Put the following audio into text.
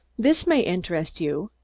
this may interest you,